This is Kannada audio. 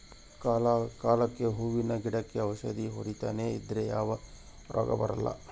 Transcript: ಕಾಲ ಕಾಲಕ್ಕೆಹೂವಿನ ಗಿಡಕ್ಕೆ ಔಷಧಿ ಹೊಡಿತನೆ ಇದ್ರೆ ಯಾವ ರೋಗ ಬರಲ್ಲ